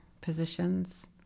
positions